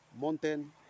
mountain